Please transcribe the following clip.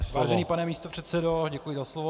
Vážený pane místopředsedo, děkuji za slovo.